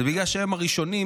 היא בגלל שהם הראשונים,